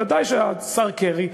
ודאי שהשר קרי,